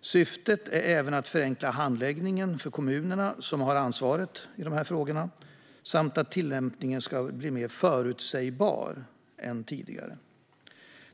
Syftet är även att förenkla handläggningen för kommunerna, som har ansvaret för dessa frågor, samt att tillämpningen ska bli mer förutsägbar än tidigare.